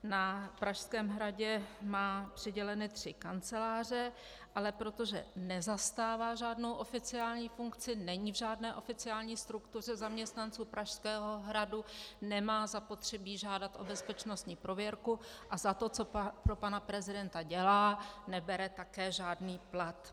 Na Pražském hradě má přiděleny tři kanceláře, ale protože nezastává žádnou oficiální funkci, není v žádné oficiální struktuře zaměstnanců Pražského hradu, nemá zapotřebí žádat o bezpečnostní prověrku a za to, co pro pana prezidenta dělá, nebere také žádný plat.